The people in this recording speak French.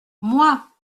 moi